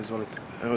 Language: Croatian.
Izvolite.